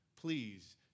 Please